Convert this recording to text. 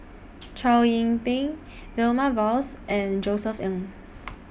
Chow Yian Ping Vilma Laus and Josef Ng